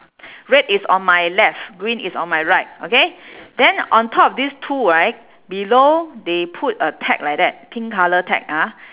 red is on my left green is on my right okay then on top this two right below they put a tag like that pink colour tag ah